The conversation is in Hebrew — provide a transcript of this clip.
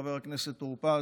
חבר הכנסת טור פז,